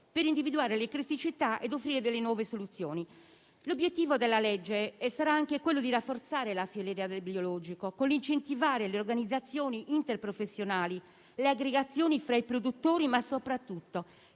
per individuare le criticità e offrire delle nuove soluzioni. L'obiettivo della legge sarà anche quello di rafforzare la filiera del biologico incentivando le organizzazioni interprofessionali e le aggregazioni fra i produttori; ma soprattutto